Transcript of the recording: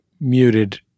muted